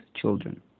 children